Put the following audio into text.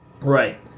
right